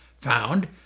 found